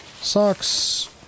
socks